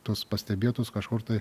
tuos pastebėtus kažkur tai